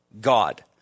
God